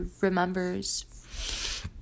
remembers